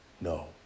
No